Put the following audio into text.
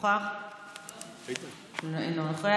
אינו נוכח,